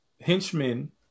henchmen